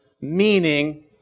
meaning